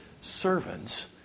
servants